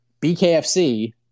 BKFC